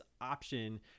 option